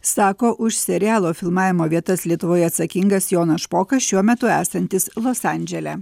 sako už serialo filmavimo vietas lietuvoje atsakingas jonas špokas šiuo metu esantis los andžele